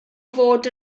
fod